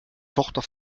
tochter